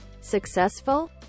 successful